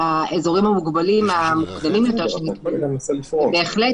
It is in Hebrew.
באזורים המוגבלים המוקדמים יותר שנקבעו שבהחלט